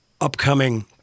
upcoming